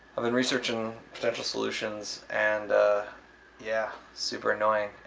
i've been researching potential solutions and yeah, super annoying.